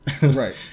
Right